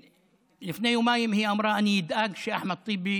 לפני יומיים היא אמרה: אני אדאג שאחמד טיבי